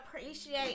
appreciate